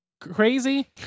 crazy